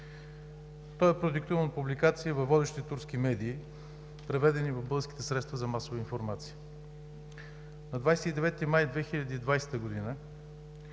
Той е продиктуван от публикации във водещи турски медии, преведени и в българските средства за масова информация. На 29 май 2020 г.